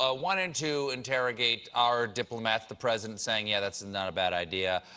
ah wanting to interrogate our diplomat, the president saying yeah that's and not a bad idea.